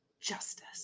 justice